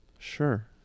sure